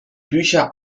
bücher